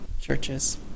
churches